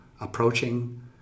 approaching